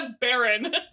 baron